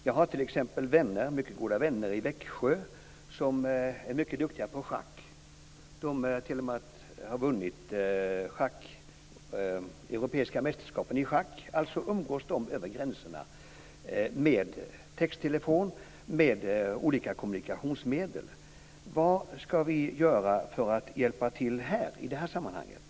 Jag har t.ex. mycket goda vänner i Växjö som är mycket duktiga på schack. De har t.o.m. vunnit Europeiska mästerskapen i schack. Alltså umgås de över gränserna med hjälp av texttelefon och olika kommunikationsmedel. Vad skall vi göra för att hjälpa till i det här sammanhanget?